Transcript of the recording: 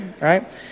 right